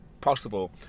possible